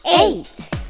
eight